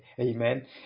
Amen